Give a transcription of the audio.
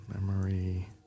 memory